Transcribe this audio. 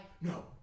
no